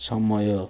ସମୟ